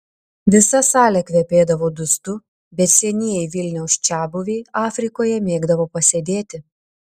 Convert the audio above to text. visa salė kvepėdavo dustu bet senieji vilniaus čiabuviai afrikoje mėgdavo pasėdėti